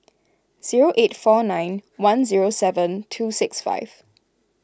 zeo eight four nine one zero seven two six five